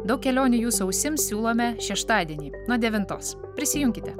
daug kelionių jų sausiems siūlome šeštadienį nuo devintos prisijunkite